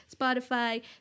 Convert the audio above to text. Spotify